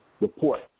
Report